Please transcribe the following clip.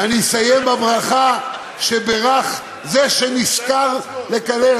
ואני אסיים בברכה שבירך זה שנשכר לקלל,